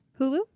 Hulu